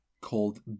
called